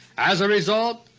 as a result,